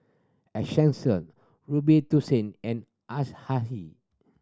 Essential Robitussin and